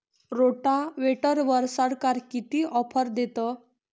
रोटावेटरवर सरकार किती ऑफर देतं?